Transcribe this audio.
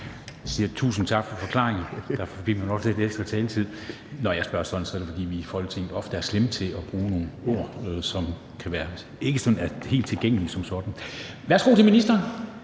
Jeg siger tusind tak for forklaringen – det var også derfor, at spørgeren fik lidt ekstra taletid. Når jeg spørger sådan, er det, fordi vi i Folketinget ofte er slemme til at bruge nogle ord, som ikke som sådan er helt tilgængelige. Værsgo til ministeren.